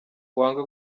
wanga